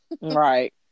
right